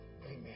amen